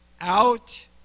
Out